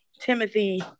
Timothy